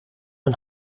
een